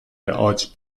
عاج